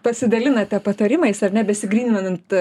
pasidalinate patarimais ar ne besigryninant